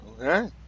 Okay